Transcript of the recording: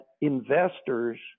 investors